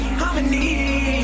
harmony